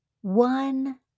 One